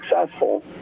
successful